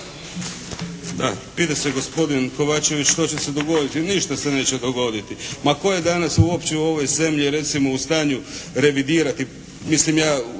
Da, vidi se gospodin Kovačević što će se dogoditi. Ništa se neće dogoditi. Ma tko je danas uopće u ovom zemlji, recimo u stanju revidirati, mislim ja